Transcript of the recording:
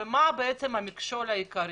ומה המכשול העיקרי?